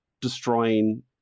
destroying